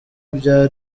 bya